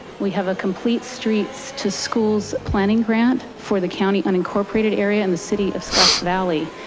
we have a complete streets to schools planning grant for the county unincorporated area in the city of scotts valley.